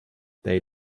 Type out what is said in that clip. they